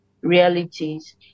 realities